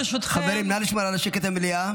חברים, נא לשמור על השקט במליאה.